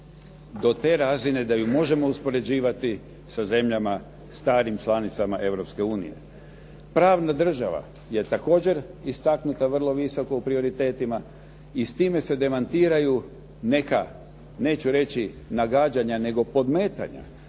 do te razine da ju možemo uspoređivati sa zemljama starim članicama Europske unije. Pravna država je također istaknuta vrlo visoko u prioritetima i s time se demantiraju neka, neću reći nagađanja, nego podmetanja